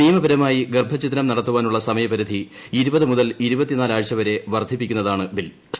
നിയമപരമായി ഗർഭഛിദ്രം നടത്താനുള്ള സമയപരിധി മുതൽ വർദ്ധിപ്പിക്കുന്നതാണ് ബില്ല്